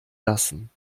lassen